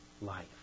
life